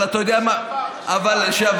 אבל, אתה יודע מה, לשעבר.